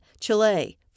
Chile